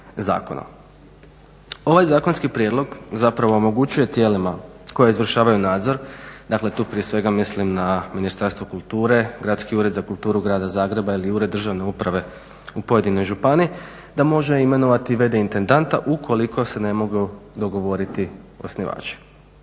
Ovaj zakonski prijedlog zapravo omogućuje tijelima koja izvršavaju nadzor, dakle tu prije svega mislim na Ministarstvo kulture, Gradski ured za kulturu grada Zagreba ili Ured državne uprave u pojedinoj županiji, da može imenovati v.d. intendanta ukoliko se ne mogu dogovoriti osnivači.